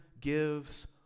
gives